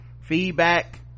feedback